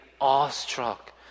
awestruck